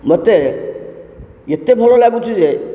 ମୋତେ ଏତେ ଭଲ ଲାଗୁଛି ଯେ